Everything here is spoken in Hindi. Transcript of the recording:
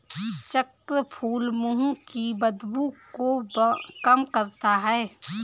चक्रफूल मुंह की बदबू को कम करता है